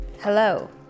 Hello